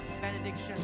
benediction